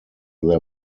their